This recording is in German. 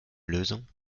lösung